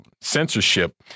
censorship